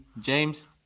James